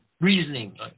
reasoning